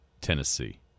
Tennessee